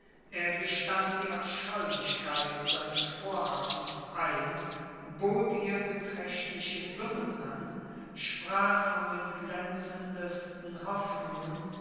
er gestand die abscheulichkeit seines vorhabens ein bot ihr beträchtliche summen an sprach von den glänzendsten hoffnungen